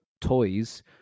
toys